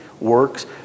works